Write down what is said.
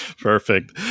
perfect